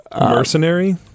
Mercenary